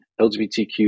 LGBTQ